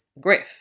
Griff